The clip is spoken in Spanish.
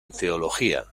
teología